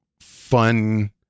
fun